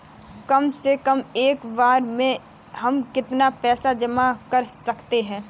कम से कम एक बार में हम कितना पैसा जमा कर सकते हैं?